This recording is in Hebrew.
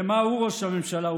למה הוא ראש הממשלה.